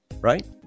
Right